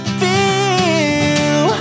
feel